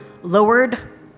lowered